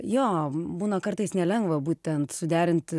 jo būna kartais nelengva būtent suderinti